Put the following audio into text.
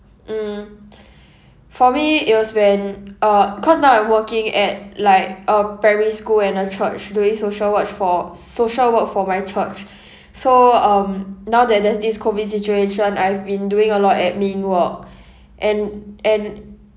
mm for me it was when uh cause now I'm working at like a primary school and a church doing social work for social work for my church so um now that there's this COVID situation I've been doing a lot of admin work and and